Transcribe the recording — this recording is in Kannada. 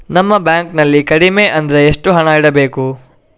ನಮ್ಮ ಬ್ಯಾಂಕ್ ನಲ್ಲಿ ಕಡಿಮೆ ಅಂದ್ರೆ ಎಷ್ಟು ಹಣ ಇಡಬೇಕು?